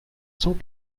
cent